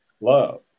love